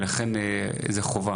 לכן, זו חובה,